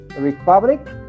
Republic